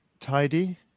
tidy